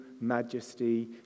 majesty